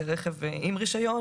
אם זה רכב עם רישיון,